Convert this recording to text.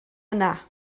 yna